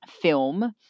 film